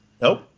Nope